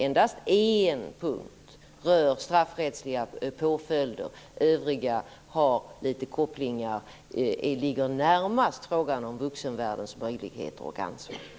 Endast en punkt rör straffrättsliga påföljder. Övriga ligger närmast frågan om vuxenvärldens ansvar och möjligheter.